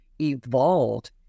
evolved